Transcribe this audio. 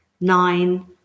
nine